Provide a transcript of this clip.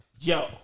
Yo